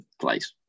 Place